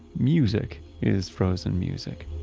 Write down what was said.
music is frozen music.